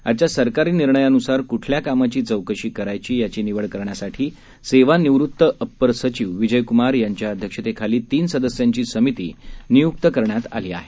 आजच्या सरकारी निर्णयान्सार क्ठल्या कामाची चौकशी करायची याची निवड करण्यासाठी सेवानिवृत्त अप्पर सचिव विजय कमार यांच्या अध्यक्षतेखाली तीन सदस्यांची समिती नियुक्त करण्यात आली आहे